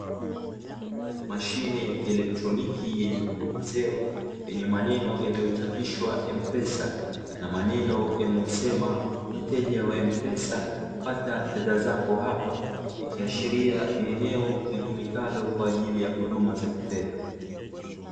Mashine ya kieletroniki yenye vibonyezeo, yenye maneno yaliochapishwa "M-PESA" na maneno yanayosema 'mteja wa M-PESA pata fedha zako hapo'. Ikiashiria ni eneo litumikalo kwa ajili ya huduma za kifedha.